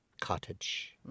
cottage